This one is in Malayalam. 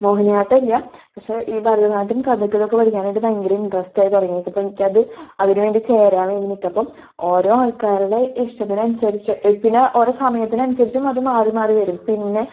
മോഹിനിയാട്ടം ഇല്ല പക്ഷേ ഈ ഭരതനാട്യം കഥക്ക് ഇതൊക്കെ പഠിക്കാനായിട്ട് ഭയങ്കര ഇൻട്രസ്റ്റ് ആയി തുടങ്ങി എനിക്ക് ഇപ്പം അത് അതിനുവേണ്ടി ചേരാൻ വേണ്ടി നിക്കുമ്പം ഓരോ ആൾക്കാരുടെ ഇഷ്ടത്തിനനുസരിച്ച് പിന്നെ ഓരോ സമയത്തിനനുസരിച്ചും അത് മാറി മാറി വരും പിന്നെ